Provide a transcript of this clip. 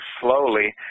slowly